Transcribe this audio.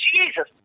Jesus